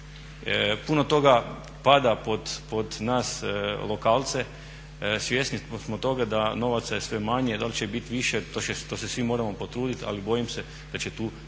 Puno toga pada pod nas lokalce, svjesni smo toga da novaca je sve manje, da li će biti više, to se svi moramo potruditi ali bojim se da će tu biti